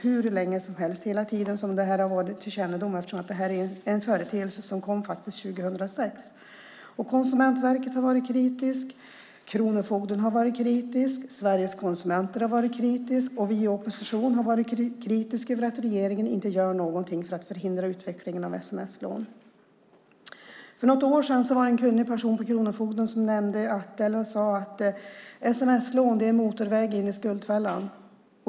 Det har vi gjort allt sedan detta kom till vår kännedom; det är ju en företeelse som kom 2006. Konsumentverket har varit kritiskt. Kronofogden har varit kritisk. Sveriges Konsumenter har varit kritiska, och vi i oppositionen har varit kritiska över att regeringen inte gör något för att förhindra utvecklingen av sms-lån. För något år sedan var det en kunnig person hos kronofogden som sade att sms-lån är en motorväg in i skuldfällan.